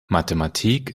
mathematik